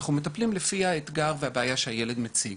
אנחנו מטפלים לפי האתגר והבעיה שהילד מציג.